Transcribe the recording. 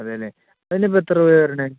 അതേ അല്ലേ അതിനിപ്പം എത്ര രൂപയാണ് വരുന്നത്